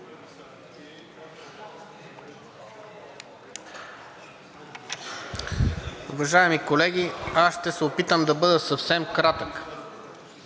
Уважаеми колеги, аз ще се опитам да бъда съвсем кратък.